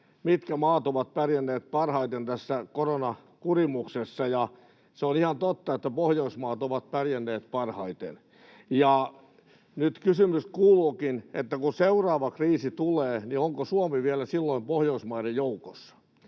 mitkä maat ovat pärjänneet parhaiten tässä koronakurimuksessa, ja se on ihan totta, että Pohjoismaat ovat pärjänneet parhaiten. Nyt kysymys kuuluukin, että kun seuraava kriisi tulee, niin onko Suomi vielä silloin Pohjoismaiden joukossa.